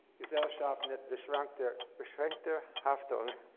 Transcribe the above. gesellschaft mit beschraenkter beschraenkter haftung.